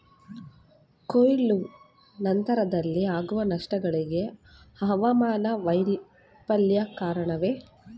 ಕೊಯ್ಲು ನಂತರದಲ್ಲಿ ಆಗುವ ನಷ್ಟಗಳಿಗೆ ಹವಾಮಾನ ವೈಫಲ್ಯ ಕಾರಣವೇ?